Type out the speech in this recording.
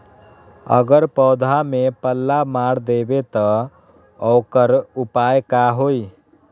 अगर पौधा में पल्ला मार देबे त औकर उपाय का होई?